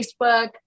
Facebook